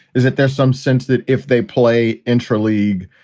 is that there's some sense that if they play interleague,